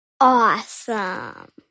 Awesome